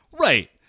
Right